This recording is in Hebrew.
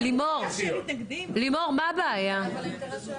לימור סון הר מלך (עוצמה יהודית):